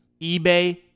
eBay